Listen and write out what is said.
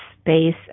space